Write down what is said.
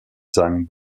zhang